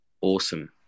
awesome